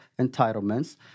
entitlements